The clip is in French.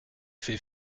fait